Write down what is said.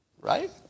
Right